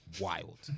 Wild